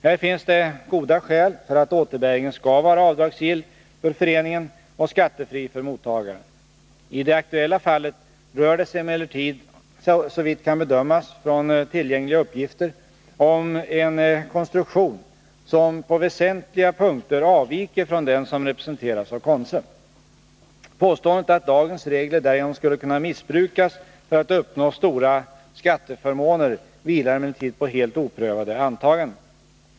Här finns det goda skäl för att återbäringen skall vara avdragsgill för föreningen och skattefri för mottagaren. I det aktuella fallet rör det sig emellertid, såvitt kan bedömas från tillgängliga uppgifter, om en konstruktion som på väsentliga punkter avviker från den som representeras av Konsum. Påståendet att dagens regler därigenom skulle kunna missbrukas för att uppnå stora skatteförmåner vilar emellertid på helt oprövade antaganden.